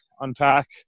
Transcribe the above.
unpack